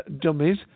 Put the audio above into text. dummies